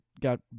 got